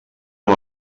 amb